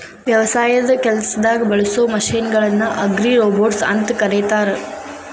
ವ್ಯವಸಾಯದ ಕೆಲಸದಾಗ ಬಳಸೋ ಮಷೇನ್ ಗಳನ್ನ ಅಗ್ರಿರೋಬೊಟ್ಸ್ ಅಂತ ಕರೇತಾರ